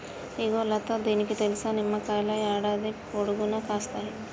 ఇగో లతా నీకిది తెలుసా, నిమ్మకాయలు యాడాది పొడుగునా కాస్తాయి